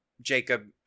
Jacob